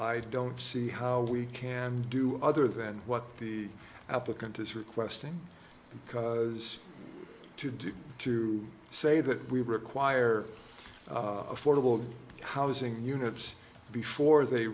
i don't see how we can do other than what the applicant is requesting because to do to say that we require affordable housing units before they